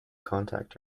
contact